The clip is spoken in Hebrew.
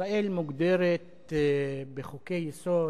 ישראל מוגדרת בחוקי-יסוד,